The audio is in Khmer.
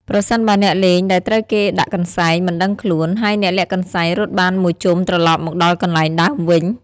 ប្រសិនបើអ្នកលេងដែលត្រូវគេដាក់កន្សែង មិនដឹងខ្លួន ហើយអ្នកលាក់កន្សែងរត់បានមួយជុំត្រឡប់មកដល់កន្លែងដើមវិញ ។